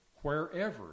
Wherever